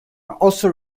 also